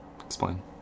Explain